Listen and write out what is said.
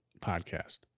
podcast